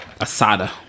Asada